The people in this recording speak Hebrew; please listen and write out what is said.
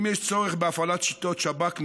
אם יש צורך בהפעלת שיטות שב"כ,